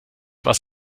was